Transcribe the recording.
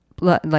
like-